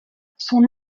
son